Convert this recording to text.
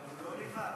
אבל הוא לא לבד.